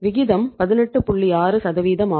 6 ஆகும்